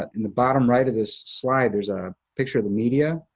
but in the bottom right of this slide, there's a picture of the media.